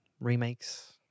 remakes